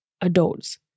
adults